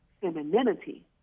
femininity